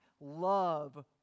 love